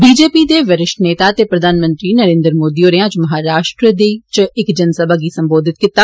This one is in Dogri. भाजपा दे वरिष्ठ नेता ते प्रधानमंत्री नरेन्द्र मोदी होरें अज्ज महाराष्ट्र दे अहमदीनगर च इक जनसभा गी संबोधत कीता